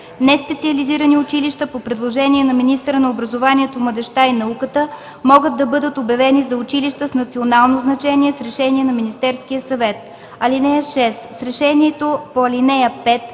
Неспециализирани училища по предложение на министъра на образованието, младежта и науката могат да бъдат обявени за училища с национално значение с решение на Министерския съвет. (6) С решението по ал. 5